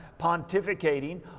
Pontificating